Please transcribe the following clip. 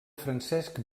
francesc